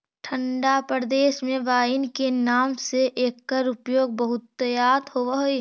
ठण्ढा प्रदेश में वाइन के नाम से एकर उपयोग बहुतायत होवऽ हइ